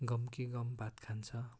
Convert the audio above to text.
गम कि गम भात खान्छ